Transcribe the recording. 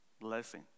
blessing